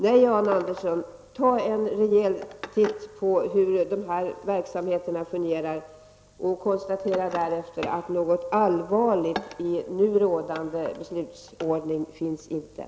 Nej, Jan Andersson, ta en rejäl titt på hur de här verksamheterna fungerar! Sedan kommer Jan Andersson att konstatera att det inte finns någonting som är allvarligt i fråga om nu rådande beslutsordning.